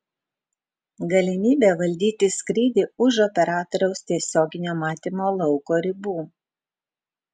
galimybė valdyti skrydį už operatoriaus tiesioginio matymo lauko ribų